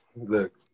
Look